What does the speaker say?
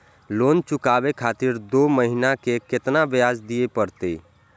Loan चुकाबे खातिर दो महीना के केतना ब्याज दिये परतें?